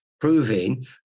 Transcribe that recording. proving